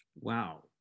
Wow